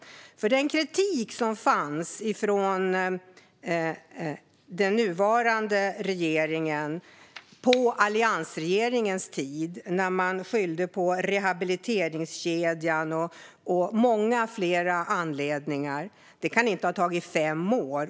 På alliansregeringens tid kom det kritik från de nuvarande regeringspartierna. Man skyllde på rehabiliteringskedjan och många andra saker. Detta kan inte ha tagit fem år.